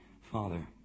Father